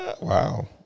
Wow